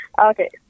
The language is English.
Okay